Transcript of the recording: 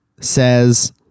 says